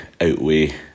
outweigh